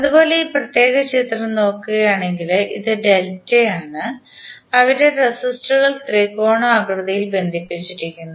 അതുപോലെഈ പ്രത്യേക ചിത്രം നോക്കുക ആണെങ്കിൽ ഇത് ഡെൽറ്റ ആണ് അവയുടെ റെസിസ്റ്ററുകൾ ത്രികോണാകൃതിയിൽ ബന്ധിപ്പിച്ചിരിക്കുന്നു